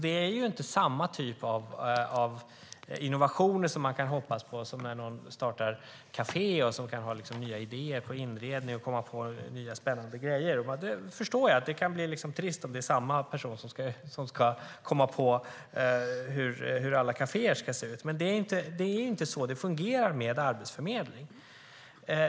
Det är ju inte samma typ av innovationer man kan hoppas på som när någon startar kafé och kan ha nya idéer på inredning och komma på nya spännande grejer. Jag förstår att det kan bli trist om det är samma person som ska komma på hur alla kaféer ska se ut, men det är inte så det fungerar med arbetsförmedling.